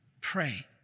Pray